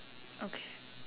okay